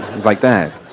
was like that.